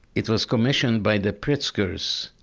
it was commissioned by the pritzkers,